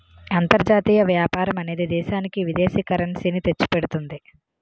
అంతర్జాతీయ వ్యాపారం అనేది దేశానికి విదేశీ కరెన్సీ ని తెచ్చిపెడుతుంది